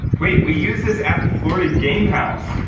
wait, we used this at the florida game house.